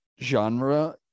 genre